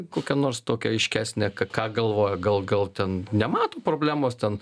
kokią nors tokią aiškesnę k ką galvoja gal gal ten nemato problemos ten